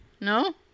No